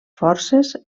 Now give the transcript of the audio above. forces